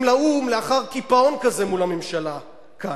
לאו"ם לאחר קיפאון כזה מול הממשלה כאן?